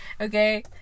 Okay